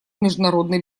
международной